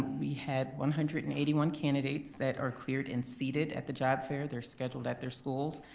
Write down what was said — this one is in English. we had one hundred and eighty one candidates that are cleared and seated at the job fair. they're scheduled at their schools.